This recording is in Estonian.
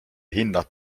hinnad